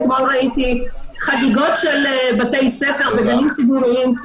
אתמול ראיתי חגיגות של בתי ספר בגנים ציבוריים,